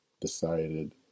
decided